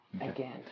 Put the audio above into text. again